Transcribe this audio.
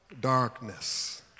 darkness